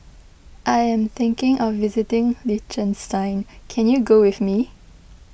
I am thinking of visiting Liechtenstein can you go with me